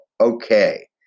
Okay